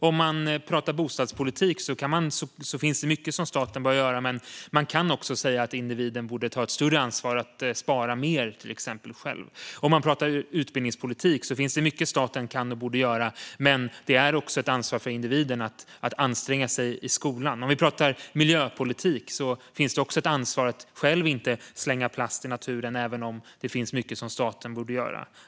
När det gäller bostadspolitik finns det mycket som staten bör göra, men man kan också säga att individen borde ta ett större ansvar att till exempel spara mer själv. När det gäller utbildningspolitik finns det mycket staten kan och borde göra, men det är också ett ansvar för individen att anstränga sig i skolan. När det gäller miljöpolitik finns det ett ansvar att själv inte slänga plast i naturen även om det finns mycket som staten borde göra.